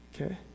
Okay